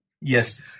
Yes